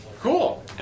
Cool